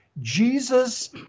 Jesus